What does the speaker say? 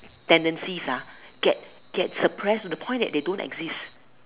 tendencies ah get get suppressed to the point that they don't exist